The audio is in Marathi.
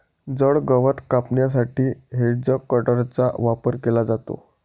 जड गवत कापण्यासाठी हेजकटरचा वापर केला जातो